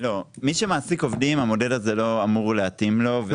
מי שמעסיק עובדים, המודל הזה לא אמור להתאים לו.